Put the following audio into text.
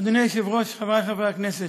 אדוני היושב-ראש, חברי חברי הכנסת,